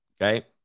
Okay